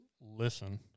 listen